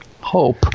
Hope